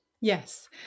Yes